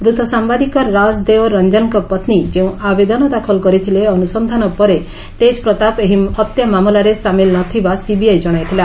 ମୃତ ସାମ୍ଭାଦିକ ରାଜଦେଓ ରଞ୍ଜନଙ୍କ ପତ୍ରୀ ଯେଉଁ ଆବେଦନ ଦାଖଲ କରିଥିଲେ ଅନୁସନ୍ଧାନ ପରେ ତେଜ୍ ପ୍ରତାପ ଏହି ହତ୍ୟା ମାମଲାରେ ସାମିଲ୍ ନ ଥିବା ସିବିଆଇ ଜଣାଇଥିଲା